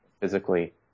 physically